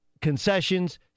concessions